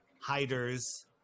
hiders –